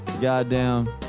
Goddamn